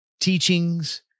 teachings